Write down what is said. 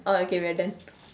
orh okay we're done